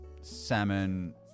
salmon